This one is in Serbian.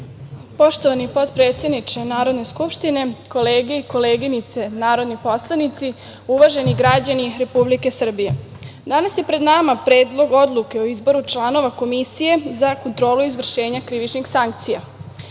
Poštovani potpredsedniče Narodne skupštine, kolege i koleginice narodni poslanici, uvaženi građani Republike Srbije, danas je pred nama Predlog odluke o izboru članova Komisije za kontrolu izvršenja krivičnih sankcija.